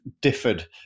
differed